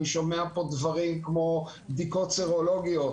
אני שומע פה על בדיקות סרולוגיות,